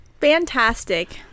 Fantastic